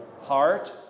heart